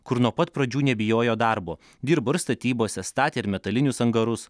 kur nuo pat pradžių nebijojo darbo dirbo ir statybose statė ir metalinius angarus